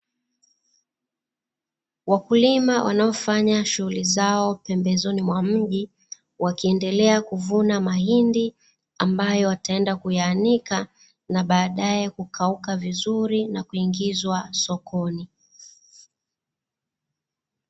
Wakulima wanaofanya shughuli zao pembezoni mwa mji, wakiendelea kuvuna mahindi ambayo wataenda kuyaanika, na baadaye kukauka vizuri na kuingizwa sokoni.